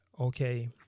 okay